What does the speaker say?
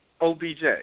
OBJ